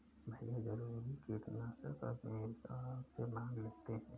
भैया जरूरी कीटनाशक अमेजॉन से मंगा लेते हैं